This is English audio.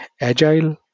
Agile